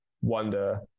wonder